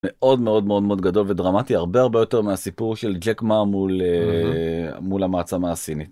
מאוד מאוד מאוד מאוד גדול ודרמטי הרבה הרבה יותר מהסיפור של ג'ק מה מול מול המעצמה הסינית.